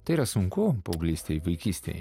tai yra sunku paauglystėj vaikystėj